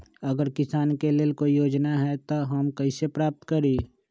अगर किसान के लेल कोई योजना है त हम कईसे प्राप्त करी?